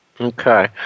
okay